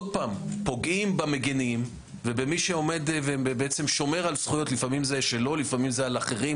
פוגעים במגינים ובמי ששומר זכויות לפעמים שלו ולפעמים של אחרים,